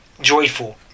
joyful